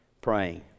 praying